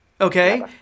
Okay